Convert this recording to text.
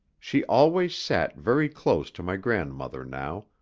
she always sat very close to my grandmother now,